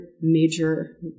major